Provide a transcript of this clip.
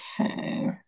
Okay